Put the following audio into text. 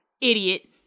Idiot